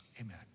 amen